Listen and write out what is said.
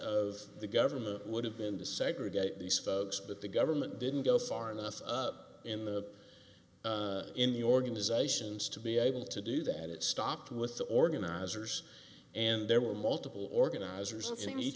of the government would have been to segregate these folks but the government didn't go far enough in the in the organizations to be able to do that it stopped with the organizers and there were multiple organizers